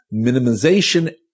minimization